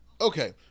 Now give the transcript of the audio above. okay